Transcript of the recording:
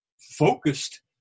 focused